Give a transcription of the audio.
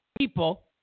people